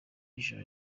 ijoro